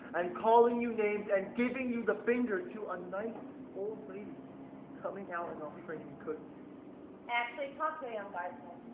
and calling you names, and giving you the finger, to and nice old lady coming out and offering you cookies. i actually talked to a young guardsman,